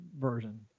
version